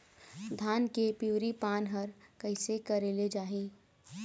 धान के पिवरी पान हर कइसे करेले जाही?